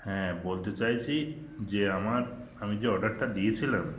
হ্যাঁ বলতে চাইছি যে আমার আমি যে অর্ডারটা দিয়েছিলাম